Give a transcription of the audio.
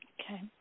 Okay